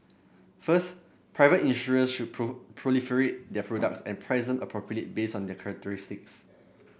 first private insurers should proliferate their products and price them appropriately based on their characteristics